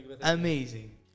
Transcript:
Amazing